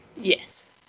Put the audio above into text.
Yes